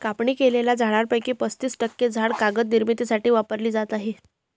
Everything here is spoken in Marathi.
कापणी केलेल्या झाडांपैकी पस्तीस टक्के झाडे कागद निर्मितीसाठी वापरली जात आहेत